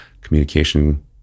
communication